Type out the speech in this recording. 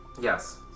Yes